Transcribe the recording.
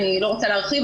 אני לא רוצה להרחיב,